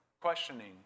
questioning